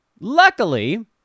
luckily